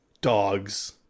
dogs